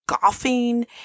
golfing